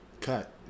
cut